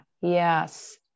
yes